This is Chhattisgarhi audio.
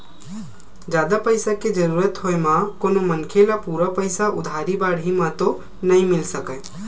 जादा पइसा के जरुरत होय म कोनो मनखे ल पूरा पइसा उधारी बाड़ही म तो नइ मिल सकय